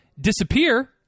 disappear